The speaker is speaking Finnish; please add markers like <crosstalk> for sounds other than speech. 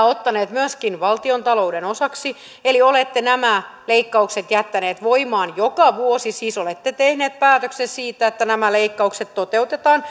<unintelligible> ottaneet myöskin valtiontalouden osaksi eli olette nämä leikkaukset jättäneet voimaan joka vuosi siis olette tehneet päätöksen siitä että nämä leikkaukset toteutetaan <unintelligible>